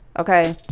Okay